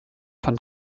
van